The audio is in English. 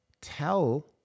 tell